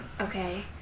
Okay